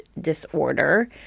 disorder